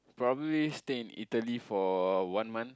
probably stay in Italy for one month